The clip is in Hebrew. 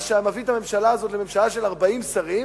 מה שהיה מביא את הממשלה הזאת לממשלה של 40 שרים,